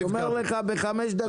אני אומר לך בחמש דקות,